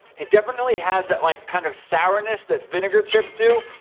it definitely has that like kind of sourness that vinegar chips do,